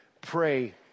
pray